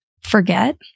forget